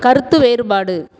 கருத்து வேறுபாடு